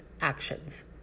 actions